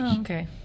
okay